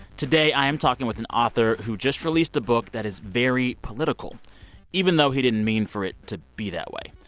today, i am talking with an author who just released a book that is very political even though he didn't mean for it to be that way.